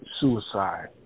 suicide